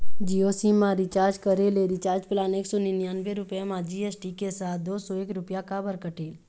Jio sim मा recharge करे ले रिचार्ज प्लान एक सौ निन्यानबे रुपए मा जी.एस.टी के साथ दो सौ एक रुपया काबर कटेल?